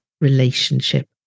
relationship